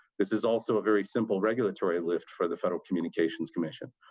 this is also a very simple regulatory lift for the federal communications commission.